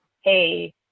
hey